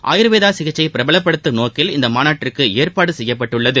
ஆயூர்வேதாசிகிச்சையைபிரபலப்படுத்தும் நோக்கில் இந்தமாநாட்டிற்குஏற்பாடுசெய்யப்பட்டுள்ளது